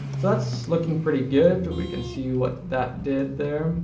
so that's looking pretty good, we can see what that did there.